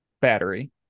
battery